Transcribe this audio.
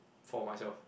for myself